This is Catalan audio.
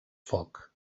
foc